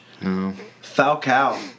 Falcao